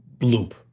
loop